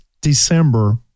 December